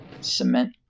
cement